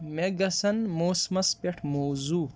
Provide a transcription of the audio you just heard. مےٚ گژھن موسمَس پٮ۪ٹھ موضوٗع